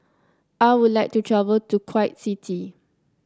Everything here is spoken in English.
I would like to travel to Kuwait City